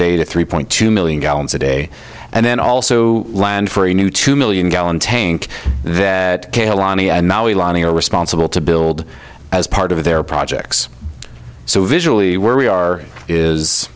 day to three point two million gallons a day and then also land for a new two million gallon tank that are responsible to build as part of their projects so visually where we are is